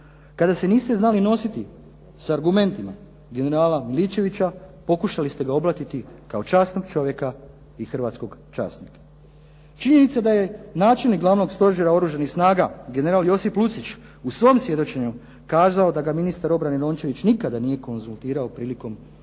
Kada se niste znali nositi sa argumentima generala Miličevića, pokušali ste ga oblatiti kao časnog čovjeka i hrvatskog časnika. Činjenica je da je načelnik Glavnog stožera Oružanih snaga general Josip Lucić u svom svjedočenju kazao da ga ministar obrane Rončević nikada nije konzultirao prilikom odluke